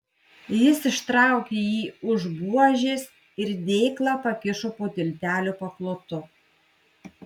jis ištraukė jį už buožės ir dėklą pakišo po tiltelio paklotu